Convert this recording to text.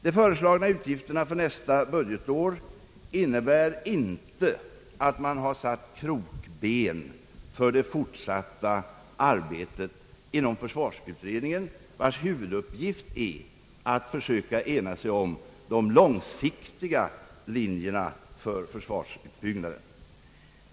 De föreslagna utgifterna för nästa budgetår innebär inte att man har satt krokben för det fortsatta arbetet inom försvarsutredningen, vars huvuduppgift är att försöka ena sig om de långsiktiga linjerna för försvarsuppbyggnaden.